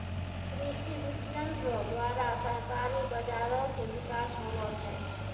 कृषि विपणन रो द्वारा सहकारी बाजारो के बिकास होलो छै